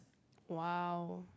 !wow!